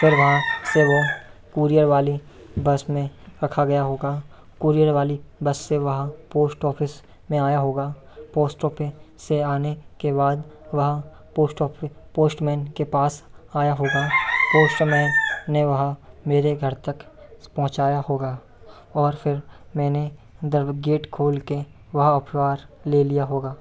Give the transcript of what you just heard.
फिर वहाँ से वह कोरियर वाली बस में रखा गया होगा कोरियर वाली बस से वह पोस्ट ऑफिस में आया होगा पोस्ट ऑफिस से आने के बाद वह पोस्ट ऑफिस पोस्टमैन के पास आया होगा पोस्टमैन ने वह मेरे घर तक पहुँचाया होगा और फिर मैंने दर गेट खोलकर वह अखबार ले लिया होगा